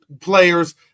players